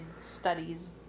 studies